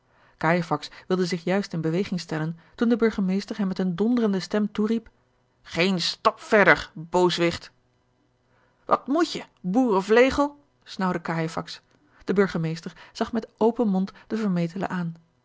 wilde zich juist in beweging stellen toen de burgemeester hem met eene donderende stem toeriep geen stap verder booswicht wat moet je boerenvlegel snaauwde cajefax de burgemeester zag met open mond den vermetele aan